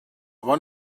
bon